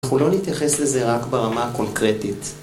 אנחנו לא נתייחס לזה רק ברמה הקונקרטית